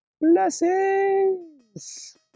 blessings